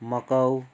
Macau